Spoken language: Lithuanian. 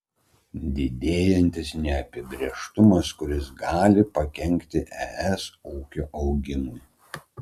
didėjantis neapibrėžtumas kuris gali pakenkti es ūkio augimui